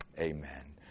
Amen